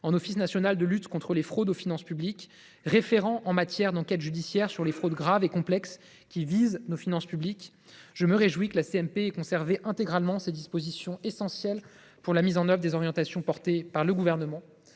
en office national de lutte contre les fraudes aux finances publiques, référent en matière d’enquête judiciaire sur les fraudes graves et complexes qui visent nos finances publiques. Je me félicite que la commission mixte paritaire ait conservé intégralement ces dispositions essentielles pour la mise en œuvre des orientations portées par le Gouvernement.